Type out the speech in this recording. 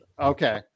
Okay